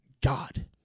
God